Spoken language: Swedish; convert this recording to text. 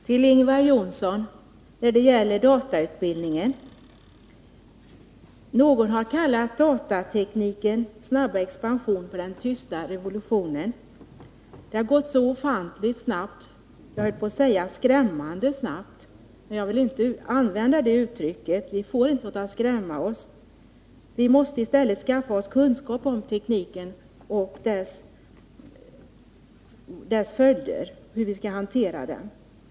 Herr talman! När det gäller datautbildningen vill jag säga något till Ingvar Johnsson. Någon har kallat datateknikens snabba expansion för den tysta revolutionen. Det har gått så ofantligt snabbt. Jag höll på att säga skrämmande snabbt, men jag vill inte använda det uttrycket — vi får inte låta oss skrämmas. Vi måste i stället skaffa oss kunskap om tekniken, om dess följder och om hur vi skall hantera den.